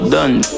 Done